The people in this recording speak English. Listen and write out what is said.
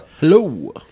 Hello